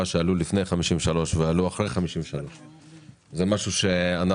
שעלו לפני 53' לבין אלה שעלו אחרי 53'. זה משהו שאנחנו,